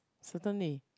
certainly